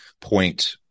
point